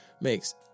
makes